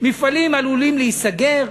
מפעלים עלולים להיסגר,